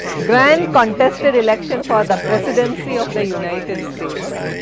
igrand contested election for the presidency of the united states.